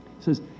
says